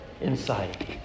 inside